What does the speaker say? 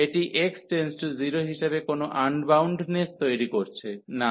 এটি x→0 হিসাবে কোনও আনবাউন্ডনেস তৈরি করছে না